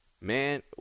man